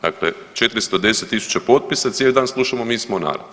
Dakle, 410 000 potpisa cijeli dan slušamo mi smo narod.